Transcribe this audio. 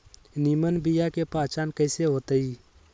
निमन बीया के पहचान कईसे होतई?